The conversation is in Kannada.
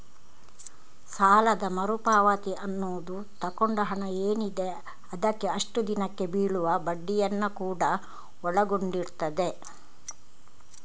ಸಾಲದ ಮರು ಪಾವತಿ ಅನ್ನುದು ತಗೊಂಡ ಹಣ ಏನಿದೆ ಅದಕ್ಕೆ ಅಷ್ಟು ದಿನಕ್ಕೆ ಬೀಳುವ ಬಡ್ಡಿಯನ್ನ ಕೂಡಾ ಒಳಗೊಂಡಿರ್ತದೆ